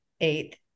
eighth